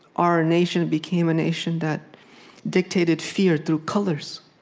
our nation became a nation that dictated fear through colors